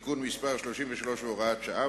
(תיקון מס' 33 והוראת שעה),